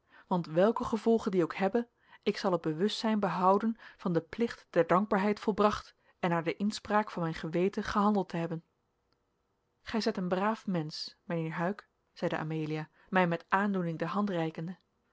want welke gevolgen die ook hebbe ik zal het bewustzijn behouden van den plicht der dankbaarheid volbracht en naar de inspraak van mijn geweten gehandeld te hebben gij zijt een braaf mensch mijnheer huyck zeide amelia mij met aandoening de